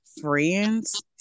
friends